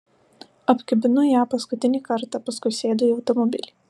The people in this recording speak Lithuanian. apkabinu ją paskutinį kartą paskui sėdu į automobilį